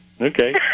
Okay